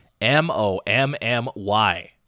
M-O-M-M-Y